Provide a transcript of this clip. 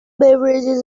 beverages